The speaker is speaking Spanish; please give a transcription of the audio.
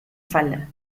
falda